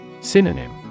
Synonym